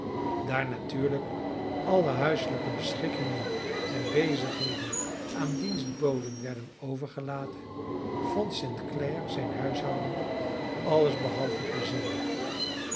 daar natuurlijk alle huiselijke beschikkingen en bezigheden aan dienstboden werden overgelaten vond st clare zijn huishouden alles behalve plezierig